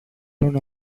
τον